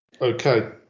Okay